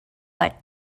like